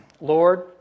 Lord